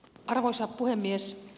arvoisa puhemies